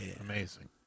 amazing